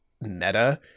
meta